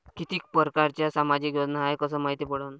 कितीक परकारच्या सामाजिक योजना हाय कस मायती पडन?